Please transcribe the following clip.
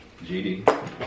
GD